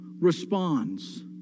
Responds